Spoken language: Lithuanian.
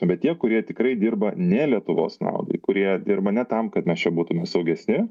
bet tie kurie tikrai dirba ne lietuvos naudai kurie dirba ne tam kad mes čia būtume saugesni